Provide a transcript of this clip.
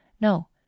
NO